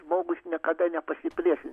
žmogus niekada nepasipriešins